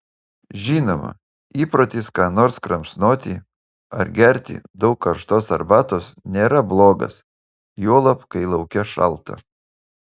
žinoma įprotis ką nors kramsnoti ar gerti daug karštos arbatos nėra blogas juolab kai lauke šalta